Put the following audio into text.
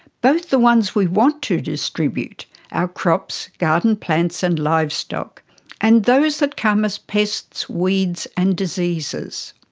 both the ones we want to distribute our crops, garden plants and livestock and those that come as pests, weeds and diseases.